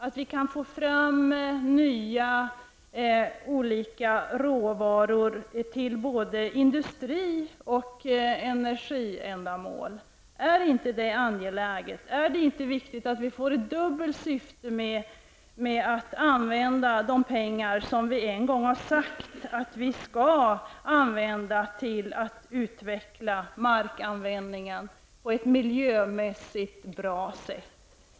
Det gäller att få nya olika råvaror till både industri och energiändamål. Är inte det angeläget? Är det inte viktigt att vi har ett dubbelt syfte och använda de pengar som vi en gång har sagt att vi skall använda till att utveckla markanvändningen på ett miljömässigt bra sätt?